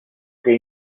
que